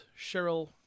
Cheryl